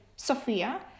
Sophia